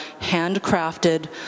handcrafted